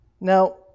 Now